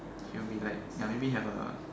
he'll be like ya maybe have a